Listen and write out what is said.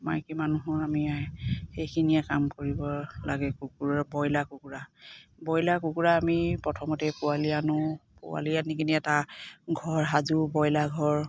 মাইকী মানুহৰ আমি সেইখিনিয়ে কাম কৰিব লাগে কুকুৰাৰ ব্ৰইলাৰ কুকুৰা ব্ৰইলাৰ কুকুৰা আমি প্ৰথমতে পোৱালি আনোঁ পোৱালি আনি কিনে এটা ঘৰ সাজো ব্ৰইলাৰ ঘৰ